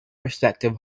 respective